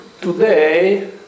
today